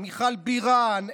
מיכל בירן,